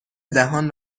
دهان